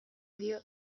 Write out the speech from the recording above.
dio